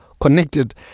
connected